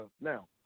now